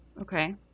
Okay